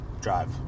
drive